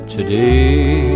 Today